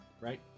Right